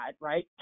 right